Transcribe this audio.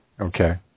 Okay